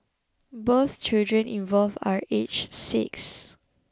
both children involved are aged six